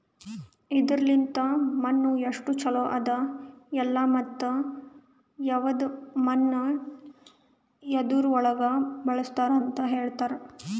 ಇದುರ್ ಲಿಂತ್ ಮಣ್ಣು ಎಸ್ಟು ಛಲೋ ಅದ ಇಲ್ಲಾ ಮತ್ತ ಯವದ್ ಮಣ್ಣ ಯದುರ್ ಒಳಗ್ ಬಳಸ್ತಾರ್ ಅಂತ್ ಹೇಳ್ತಾರ್